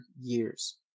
years